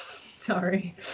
Sorry